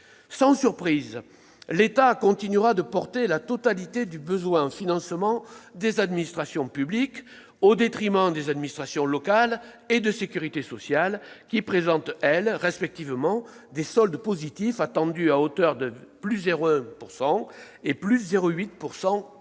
Sans surprise, l'État continuera de porter la totalité du besoin en financement des administrations publiques, au détriment des administrations locales et de sécurité sociale, qui présentent, elles, des soldes positifs attendus à des niveaux respectifs